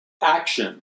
action